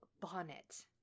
Bonnet